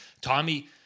Tommy